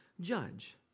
judge